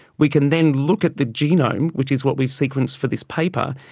we can then look at the genome, which is what we've sequenced for this paper,